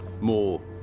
More